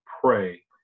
pray